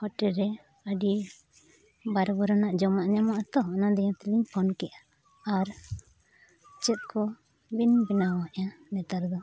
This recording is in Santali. ᱨᱮ ᱟᱹᱰᱤ ᱵᱟᱨ ᱵᱩᱨᱚᱱᱟᱜ ᱡᱚᱢᱟᱜ ᱧᱟᱢᱚᱜᱼᱟ ᱛᱚ ᱚᱱᱟ ᱤᱭᱟᱹᱛᱮᱞᱤᱧ ᱠᱮᱫᱼᱟ ᱟᱨ ᱪᱮᱫ ᱠᱚ ᱵᱤᱱ ᱵᱮᱱᱟᱣ ᱮᱫᱼᱟ ᱱᱮᱛᱟᱨ ᱫᱚ